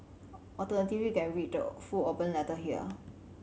alternatively you can read the full open letter here